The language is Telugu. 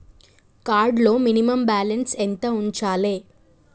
కార్డ్ లో మినిమమ్ బ్యాలెన్స్ ఎంత ఉంచాలే?